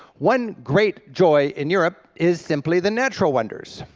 one great joy in europe is simply the natural wonders.